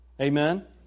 Amen